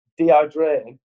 dehydrating